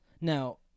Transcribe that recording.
now